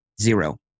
zero